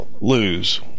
lose